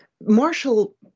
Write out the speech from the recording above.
Marshall